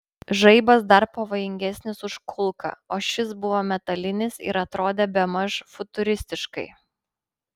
žaibas dar pavojingesnis už kulką o šis buvo metalinis ir atrodė bemaž futuristiškai